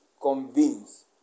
convince